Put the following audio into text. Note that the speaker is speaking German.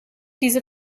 diese